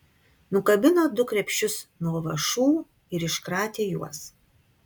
nukabino du krepšius nuo vąšų ir iškratė juos